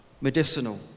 Medicinal